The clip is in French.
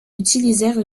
utilisèrent